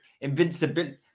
invincibility